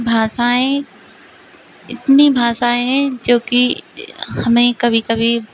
भाषाएं इतनी भाषाएं हैं जो कि हमें कभी कभी